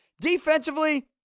Defensively